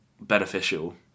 beneficial